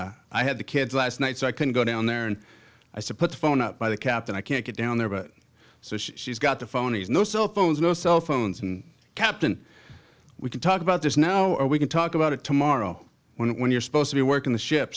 and i had the kids last night so i can go down there and i said put the phone up by the captain i can't get down there but so she she's got the phone is no cell phones no cell phones and captain we can talk about there's no or we can talk about it tomorrow when when you're supposed to be working the ship